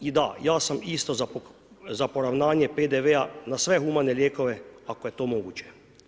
I da ja sam isto za poravnanje PDV-a na sve humane lijekove ako je to moguće.